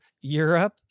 Europe